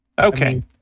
Okay